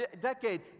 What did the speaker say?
decade